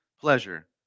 pleasure